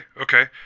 okay